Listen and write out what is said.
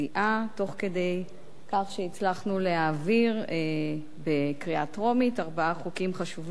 תוך כדי כך שהצלחנו להעביר בקריאה טרומית ארבעה חוקים חשובים,